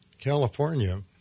California